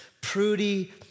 prudy